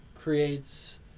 creates